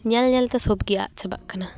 ᱧᱮᱞ ᱧᱮᱞᱛᱮ ᱥᱳᱵᱽ ᱜᱮ ᱟᱫ ᱪᱟᱵᱟᱜ ᱠᱟᱱᱟ